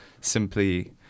simply